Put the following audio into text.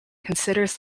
considers